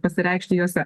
pasireikšti jose